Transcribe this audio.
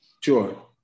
Sure